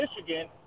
Michigan